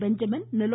Benjamin நிலோ